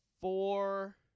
four